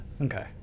Okay